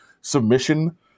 submission